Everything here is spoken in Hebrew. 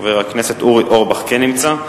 חבר הכנסת אורי אורבך כן נמצא,